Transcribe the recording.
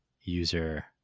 user